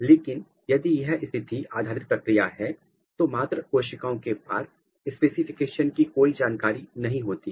लेकिन यदि यह स्थिति आधारित प्रक्रिया है तो मात्र कोशिकाओं के पास स्पेसिफिकेशन की कोई जानकारी नहीं होती है